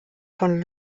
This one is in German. von